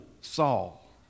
Saul